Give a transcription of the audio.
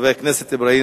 הצעות לסדר-היום